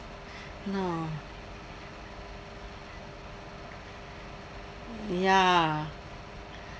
no ya